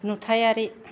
नुथायारि